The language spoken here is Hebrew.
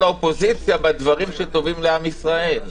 האופוזיציה בדברים שטובים לעם ישראל.